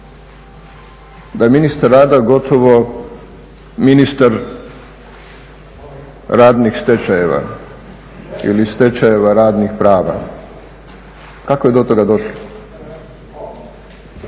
da je ministar rada gotovo ministar radnih stečajeva ili stečajeva radnih prava, kako je do toga došlo?